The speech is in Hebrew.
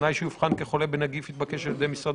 ועיתונאי שיאובחן כחולה בנגיף יתבקש על ידי משרד